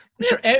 Sure